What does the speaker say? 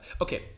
okay